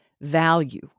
value